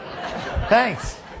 thanks